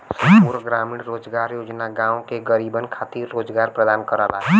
संपूर्ण ग्रामीण रोजगार योजना गांव के गरीबन खातिर रोजगार प्रदान करला